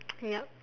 yup